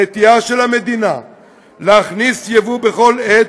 הנטייה של המדינה להכניס יבוא בכל עת